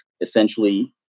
essentially